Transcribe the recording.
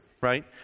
right